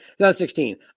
2016